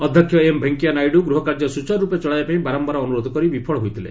ଅଧ୍ୟକ୍ଷ ଏମ୍ ଭେଙ୍କିୟା ନାଇଡ଼ୁ ଗୃହ କାର୍ଯ୍ୟ ସ୍ତଚାର୍ରର୍ପେ ଚଳାଇବାପାଇଁ ବାରମ୍ଘାର ଅନ୍ଦରୋଧ କରି ବିପଳ ହୋଇଥିଲେ